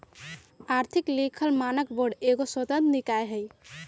आर्थिक लिखल मानक बोर्ड एगो स्वतंत्र निकाय हइ